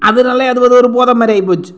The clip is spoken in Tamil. அதனால அது அது ஒரு போதை மாதிரி ஆயிப்போச்சு